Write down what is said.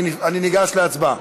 אני ניגש להצבעה.